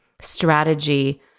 strategy